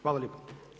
Hvala lijepo.